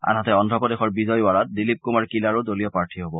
আনহাতে অদ্ৰপ্ৰদেশৰ বিজয়ৱাৰাত দিলীপ কুমাৰ কিলাৰু দলীয় প্ৰাৰ্থী হ'ব